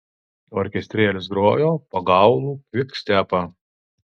orkestrėlis grojo pagaulų kvikstepą